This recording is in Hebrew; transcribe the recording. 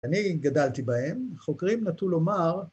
‫אני גדלתי בהם, חוקרים נטו לומר...